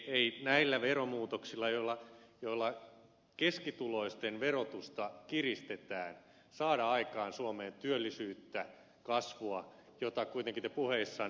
ei näillä veromuutoksilla joilla keskituloisten verotusta kiristetään saada aikaan suomeen työllisyyttä kasvua jota kuitenkin te puheissanne peräänkuulutatte